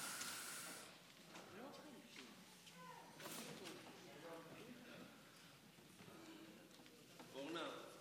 אורנה,